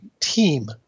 team